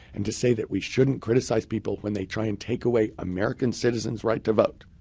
and to say that we shouldn't criticize people when they try and take away american citizens' right to vote,